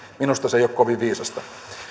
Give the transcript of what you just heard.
minusta se ei ole kovin viisasta